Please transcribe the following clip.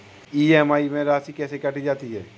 EMI में राशि कैसे काटी जाती है?